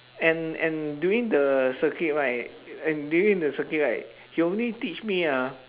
and and during the circuit right and during the circuit right he only teach me ah